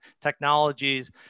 technologies